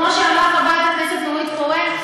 כמו שאמרה חברת הכנסת נורית קורן,